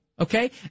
Okay